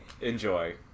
Enjoy